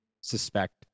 suspect